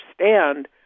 understand